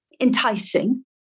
enticing